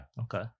Okay